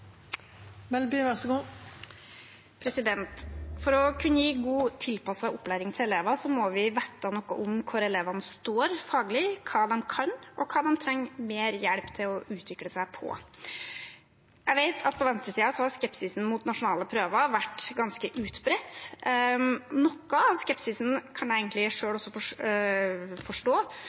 For å kunne gi god, tilpasset opplæring til elever må vi vite noe om hvor elevene står faglig, hva de kan, og hva de trenger mer hjelp til å utvikle seg på. Jeg vet at på venstresiden har skepsisen mot nasjonale prøver vært ganske utbredt. Noe av skepsisen kan jeg egentlig selv også forstå,